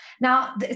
Now